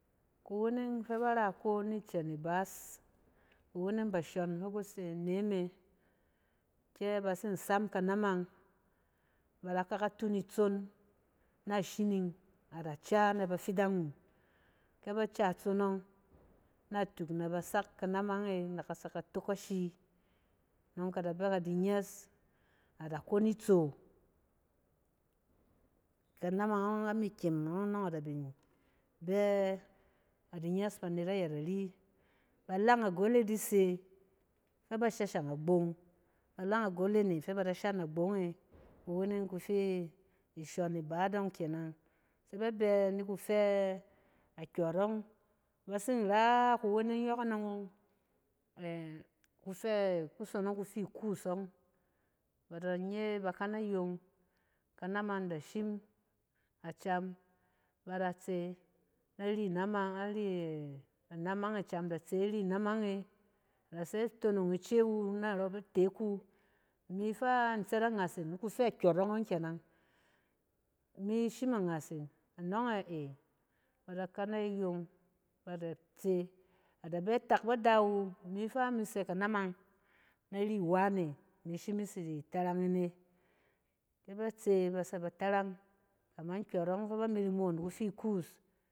Kuweneng fɛ bar a iko nicɛ ibaas, kuweneng bashↄn fi ku se neme, kɛ bat sin sam kanamang, ba da k aka tun itson na shining ada can a bafidang wu. kɛ ba ca itson ↄng, natuk na ba sak kanamang e nɛ ka tsɛ ka tok ashi nↄng kada bɛ kɛ di nyɛs. Ada kon itso, kanamang ↄng ami kyem ↄng nↄng ada bin bɛ adi nyɛs banet ayɛt ari. Ba long agol e di se fa ba shashang agbong. Ba tang agol e ne fɛ bada shan agbong e kuweneng kufi ishan itaat e ↄng kenang. Se ba bɛ ni kufɛ a kyↄrↄng, bat sin ra kuweneng yↄk anↄng ↄng ɛ-kufɛ-kusonong kufi ikuus ↄng, ba da nye ba kana yong. Kanamang da shim acam, ba da tse nari naming, ari-anmang e, acam da tse ari naming e ada tsɛ tonong ice wu narↄ batek wu, imi fa in tsɛt angas yin. Ni kufɛ kyↄrↄng ↄng kenang imi shim angas yin. Anↄng ɛ? Ey, bada kana yong ba da tse. Ada bɛ tak ba da wu imi fa imi sɛ kanamang nari wane, imi shim ni tsi di tarang in ne, kɛ bat se ba tsɛ ba tarang kamang kyↄrↄng fɛ ba mi di moon ni ku fi kuus